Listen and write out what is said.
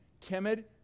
timid